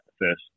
first